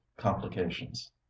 complications